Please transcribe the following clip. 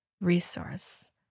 resource